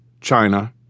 China